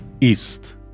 east